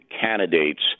candidates